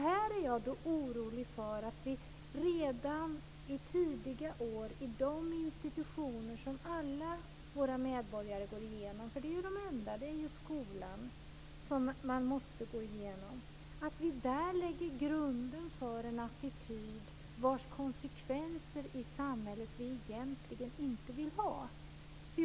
Här är jag orolig för att vi redan i tidiga år i de institutioner som alla medborgare går igenom, och alla måste gå igenom skolan, lägger grunden för en attityd som ger konsekvenser i samhället som vi egentligen inte vill ha.